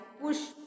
push